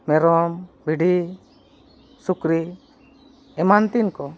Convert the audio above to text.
ᱢᱮᱨᱚᱢ ᱵᱷᱤᱰᱤ ᱥᱩᱠᱨᱤ ᱮᱢᱟᱱ ᱛᱮᱱ ᱠᱚ